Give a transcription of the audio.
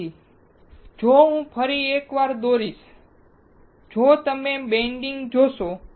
તેથી જો હું તેને ફરી એક વાર દોરીશ તો તમે બેન્ડીંગ જોશો